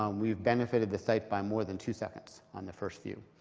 um we've benefited the site by more than two seconds on the first view.